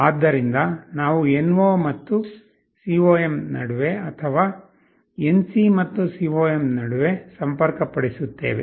ಆದ್ದರಿಂದ ನಾವು NO ಮತ್ತು COM ನಡುವೆ ಅಥವಾ NC ಮತ್ತು COM ನಡುವೆ ಸಂಪರ್ಕಪಡಿಸುತ್ತೇವೆ